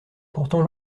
pourtant